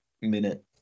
minute